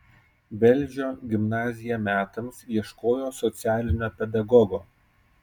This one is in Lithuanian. velžio gimnazija metams ieškojo socialinio pedagogo